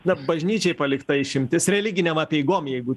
na bažnyčiai palikta išimtis religinėm apeigom jeigu